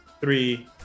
three